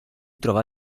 trova